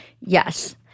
Yes